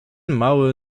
mały